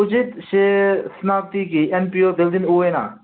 ꯍꯧꯖꯤꯛꯁꯦ ꯁꯦꯅꯥꯄꯇꯤꯒꯤ M P ꯑꯣ ꯗꯕ꯭ꯂꯤꯝ ꯑꯣꯏꯌꯦꯅ